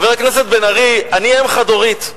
חבר הכנסת בן-ארי, אני אם חד-הורית,